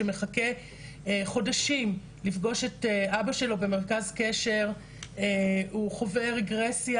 שמחכה חודשים לפגוש את אבא שלו במרכז קשר והוא חווה רגרסיה